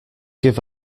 give